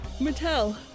Mattel